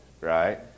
right